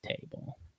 table